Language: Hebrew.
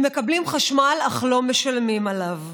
הם מקבלים חשמל אך לא משלמים עליו.